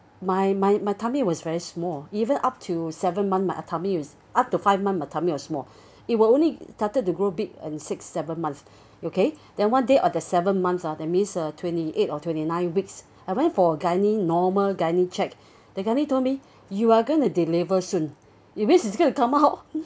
my my my tummy was very small even up to seven month my tummy up to five months my tummy are small it will only started to grow big in sixth seventh month okay then one day at the seven months ah that means uh twenty eight or twenty nine weeks I went it for gynae normal gynae check the told me you are going to deliver soon it means it's going to come out